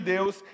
Deus